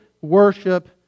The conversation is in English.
worship